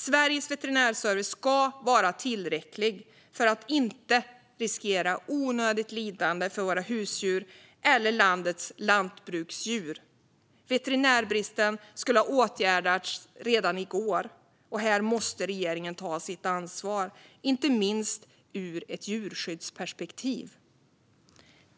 Sveriges veterinära service ska vara tillräcklig för att inte riskera onödigt lidande för våra husdjur eller landets lantbruksdjur. Veterinärbristen skulle ha åtgärdats redan i går. Regeringen måste ta sitt ansvar, inte minst ur ett djurskyddsperspektiv.